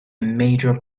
major